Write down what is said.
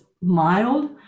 mild